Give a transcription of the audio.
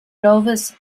novice